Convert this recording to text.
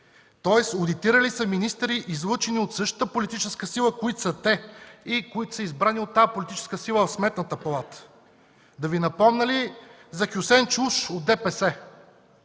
Тоест, одитирали са министри, излъчени от същата политическа сила, от която са те и които са избрани от тази политическа сила в Сметната палата. Да Ви напомня ли за Хюсеин Чаушев от ДПС.